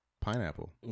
Pineapple